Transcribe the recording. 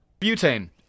Butane